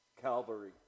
Calvary